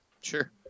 Sure